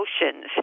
emotions